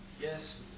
Yes